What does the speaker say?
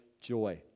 joy